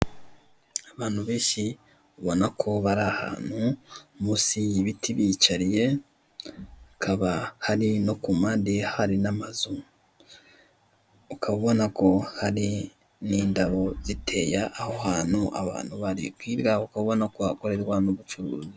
Abantu benshi ubona ko bari ahantu munsi y'ibiti biyicariye, hakaba hari no ku mpande hari n'amazu. Ukaba ubona ko hari n'indabo ziteye aho hantu abo bantu bari, hirya yaho ukaba ubona ko hakorerwa n'ubucuruzi.